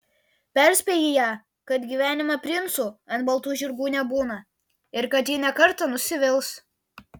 perspėji ją kad gyvenime princų ant baltų žirgų nebūna ir kad ji ne kartą nusivils